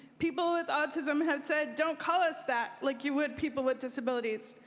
people with autism have said don't call us that, like you would people with disabilities.